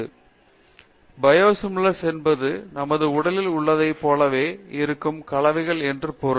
எனவே பியோசிமிழர் என்பது நமது உடலில் உள்ளதைப் போலவே இருக்கும் கலவைகள் என்று பொருள்